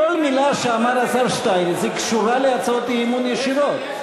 כל מילה שאמר השר שטייניץ קשורה להצעות האי-אמון ישירות,